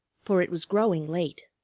for it was growing late.